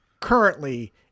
currently